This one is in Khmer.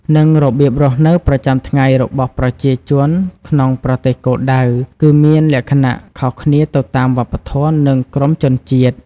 និងរបៀបរស់នៅប្រចាំថ្ងៃរបស់ប្រជាជនក្នុងប្រទេសគោលដៅ គឺមានលក្ខណៈខុសគ្នាទៅតាមវប្បធម៌ និងក្រុមជនជាតិ។